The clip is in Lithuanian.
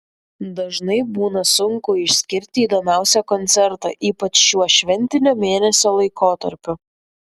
dažnai būna sunku išskirti įdomiausią koncertą ypač šiuo šventinio mėnesio laikotarpiu